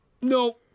no